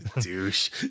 Douche